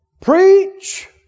Preach